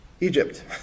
Egypt